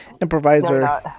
improviser